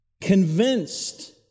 convinced